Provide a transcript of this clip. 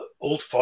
old